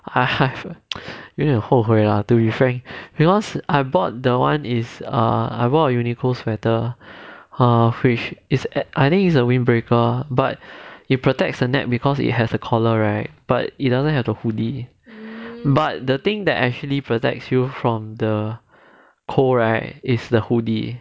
I have 有点后悔 lah to be frank because I bought the one is uh I bought a uniqlo sweater err which I think it's a wind breaker but it protects the neck because it has a collar right but it doesn't have to hoodie but the thing that actually protects you from the cold right is the hoodie